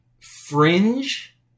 fringe